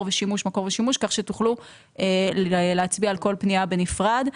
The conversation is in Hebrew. ושימוש ומקור ושימוש כך שתוכלו להצביע על כל פנייה בנפרד,